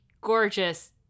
gorgeous